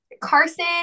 Carson